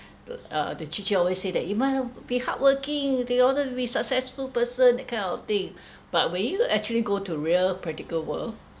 the uh the teacher always say that you must be hardworking in order to be successful person that kind of thing but when you actually go to real practical world